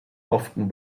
often